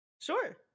Sure